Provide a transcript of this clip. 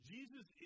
Jesus